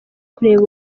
kureba